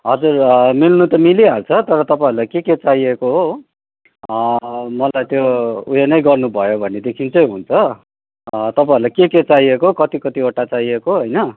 हजुर मिल्नु त मिलिहाल्छ तर तपाईँहरूलाई के के चाहिएको हो मलाई त्यो उयो नै गर्नुभयो भनेदेखि चाहिँ हुन्छ तपाईँहरूलाई के के चाहिएको कति कतिवटा चाहिएको होइन